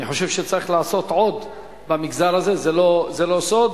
אני חושב שצריך לעשות עוד במגזר הזה, זה לא סוד.